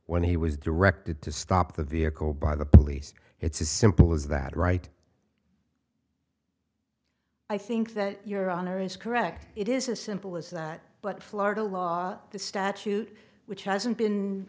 when he was directed to stop the vehicle by the police it's a simple as that right i think that your honor is correct it is a simple as that but florida law the statute which hasn't been